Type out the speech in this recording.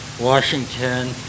Washington